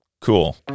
cool